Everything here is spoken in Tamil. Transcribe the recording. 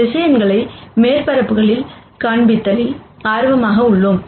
வெக்டார் மேற்பரப்புகளில் காண்பிப்பதில் ஆர்வமாக உள்ளோம்